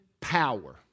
power